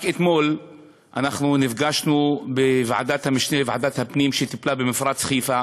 רק אתמול אנחנו נפגשנו בוועדת המשנה לוועדת הפנים שטיפלה במפרץ-חיפה,